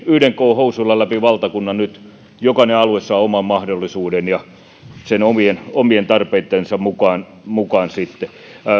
yhden koon housuilla läpi valtakunnan nyt jokainen alue saa oman mahdollisuuden ja omien omien tarpeittensa mukaan mukaan